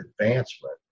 advancement